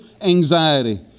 anxiety